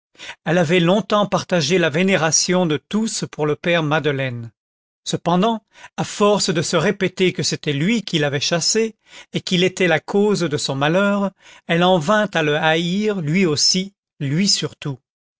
elle avait longtemps partagé la vénération de tous pour le père madeleine cependant à force de se répéter que c'était lui qui l'avait chassée et qu'il était la cause de son malheur elle en vint à le haïr lui aussi lui surtout